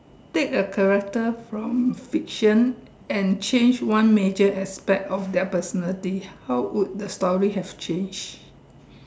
take a character from fiction and change one major aspect of their personality how would the story have changed